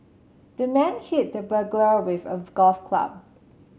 the man hit the burglar with a golf club